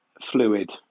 fluid